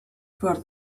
for